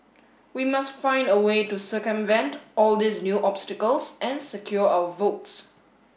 we must find a way to circumvent all these new obstacles and secure our votes